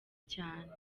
cyane